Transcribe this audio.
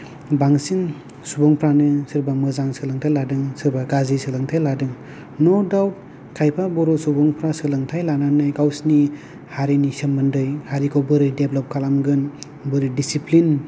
बांसिन सुबुंफ्रानो सोरबा मोजां सोलोंथाय लादों सोरबा गाज्रि सोलोंथाय लादों न डावब्ट खायफा बर' सुबुंफ्रा सोलोंथाय लानानै गावसोरनि हारिनि सोमोन्दै हारिखौ बोरै डेभ्लप खालामगोन बोरै डिसिप्लिन